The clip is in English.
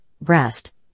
breast